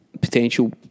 potential